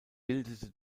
bildete